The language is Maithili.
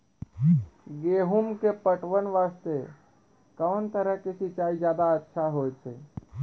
गेहूँ के पटवन वास्ते कोंन तरह के सिंचाई ज्यादा अच्छा होय छै?